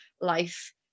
life